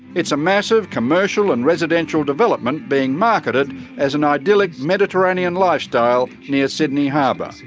it's a massive commercial and residential development being marketed as an idyllic mediterranean lifestyle near sydney harbour.